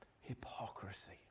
Hypocrisy